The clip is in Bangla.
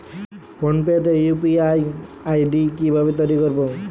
ফোন পে তে ইউ.পি.আই আই.ডি কি ভাবে তৈরি করবো?